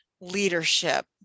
leadership